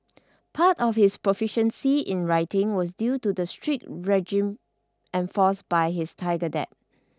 part of his proficiency in writing was due to the strict regime enforced by his tiger dad